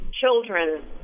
children